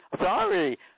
sorry